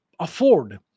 Afford